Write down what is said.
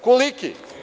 Koliki?